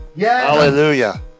Hallelujah